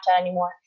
anymore